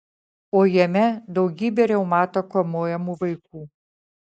o jame daugybė reumato kamuojamų vaikų